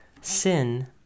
Sin